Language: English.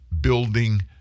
building